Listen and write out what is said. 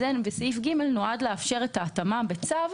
סעיף (ג) נועד לאפשר את ההתאמה בצו,